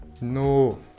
No